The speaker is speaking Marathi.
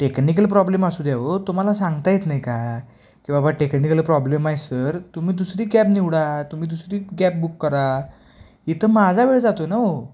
टेक्निकल प्रॉब्लेम असू द्या हो तुम्हाला सांगता येत नाही का की बाबा टेक्निकल प्रॉब्लेम आहे सर तुम्ही दुसरी कॅब निवडा तुम्ही दुसरी कॅब बुक करा इथं माझा वेळ जातो आहे ना हो